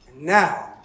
Now